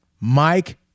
Mike